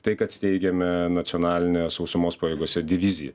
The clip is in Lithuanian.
tai kad steigiame nacionalinę sausumos pajėgose diviziją